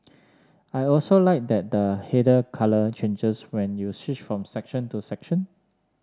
I also like that the header colour changes when you switch from section to section